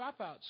dropouts